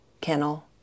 Kennel